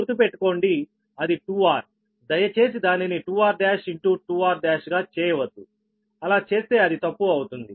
గుర్తుపెట్టుకోండి అది 2 rదయచేసి దానిని 2 r1 ఇంటూ 2 r1 గా చేయవద్దు అలా చేస్తే అది తప్పు అవుతుంది